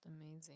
Amazing